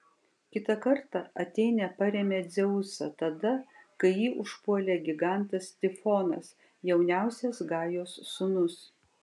kitą kartą atėnė parėmė dzeusą tada kai jį užpuolė gigantas tifonas jauniausias gajos sūnus